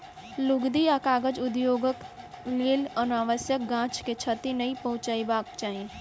लुगदी आ कागज उद्योगक लेल अनावश्यक गाछ के क्षति नै पहुँचयबाक चाही